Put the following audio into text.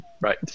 Right